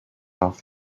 off